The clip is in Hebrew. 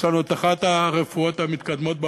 יש לנו אחת הרפואות המתקדמות בעולם,